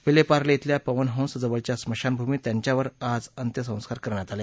विलेपार्ले इथल्या पवनहंस जवळच्या स्मशानभूमीत त्यांच्यावर आज अंत्यसंस्कार करण्यात आले